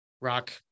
rock